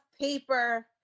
paper